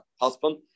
husband